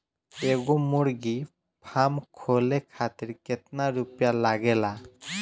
एगो मुर्गी फाम खोले खातिर केतना रुपया लागेला?